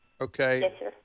Okay